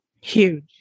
Huge